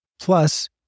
Plus